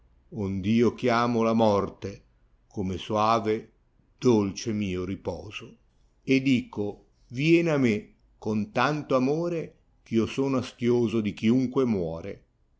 ondalo chiamo la morte come soave dolce mio riposo ila dico ìen a me con tento amore gh io sono astioso di chiunque muore